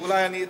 אולי אני אתחיל.